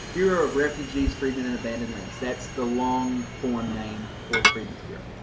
bureau of refugees, freedmen and abandoned lands. that's the long form name for the freedmen's bureau.